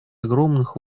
огромных